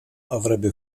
avrebbe